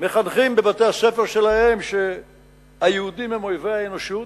מחנכים בבתי-הספר שלהם שהיהודים הם אויבי האנושות.